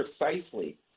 precisely